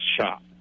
shop